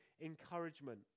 encouragement